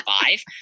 five